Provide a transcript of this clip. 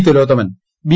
Thilothaman B